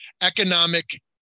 economic